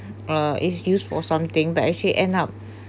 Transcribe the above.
uh excuse for something but actually end up